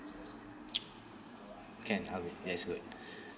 can uh that's good